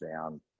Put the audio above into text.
down